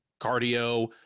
cardio